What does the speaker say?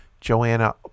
Joanna